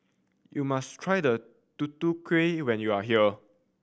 you must try Tutu Kueh when you are here